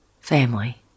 family